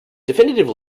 definitive